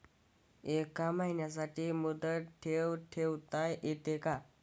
एका महिन्यासाठी मुदत ठेव ठेवता येते का?